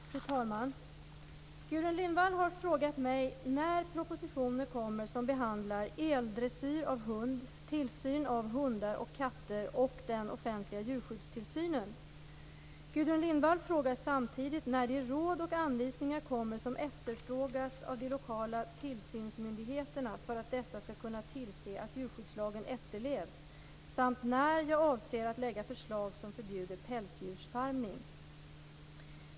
Fru talman! Gudrun Lindvall har frågat mig när propositioner kommer som behandlar eldressyr av hund, tillsyn av hundar och katter och den offentliga djurskyddstillsynen. Gudrun Lindvall frågar samtidigt när de råd och anvisningar kommer som efterfrågats av de lokala tillsynsmyndigheterna för att dessa skall kunna tillse att djurskyddslagen efterlevs samt när jag avser att lägga förslag som förbjuder pälsdjursfarmning.